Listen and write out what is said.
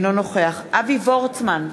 אינו נוכח אבי וורצמן,